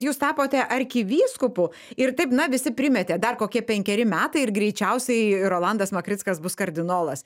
jūs tapote arkivyskupu ir taip na visi primetė dar kokie penkeri metai ir greičiausiai rolandas makrickas bus kardinolas